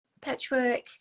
patchwork